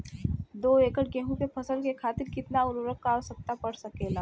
दो एकड़ गेहूँ के फसल के खातीर कितना उर्वरक क आवश्यकता पड़ सकेल?